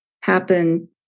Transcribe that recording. happen